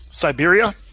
Siberia